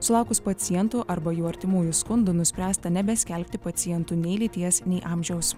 sulaukus pacientų arba jų artimųjų skundų nuspręsta nebeskelbti pacientų nei lyties nei amžiaus